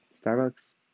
Starbucks